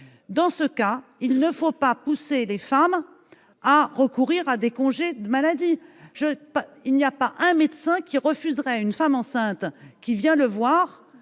Dans ce cas, il ne faut pas pousser les femmes à recourir à des congés maladie ! Pas un seul médecin ne refuserait à une femme enceinte qui se dit